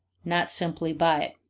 not simply by.